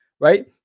right